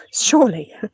Surely